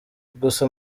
gusa